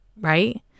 right